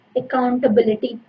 accountability